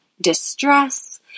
distress